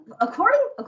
according